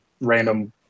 random